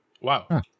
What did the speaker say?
Wow